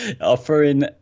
Offering